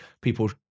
people